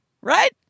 right